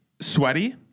sweaty